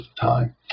time